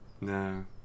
No